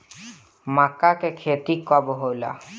माका के खेती कब होला?